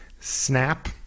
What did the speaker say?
Snap